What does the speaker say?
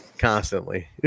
Constantly